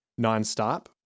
Nonstop